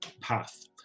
path